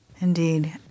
Indeed